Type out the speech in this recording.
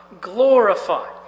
glorify